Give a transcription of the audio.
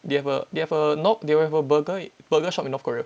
they have a they have a north they have a burger burger shop in north korea